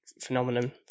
phenomenon